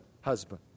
husband